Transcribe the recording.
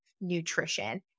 nutrition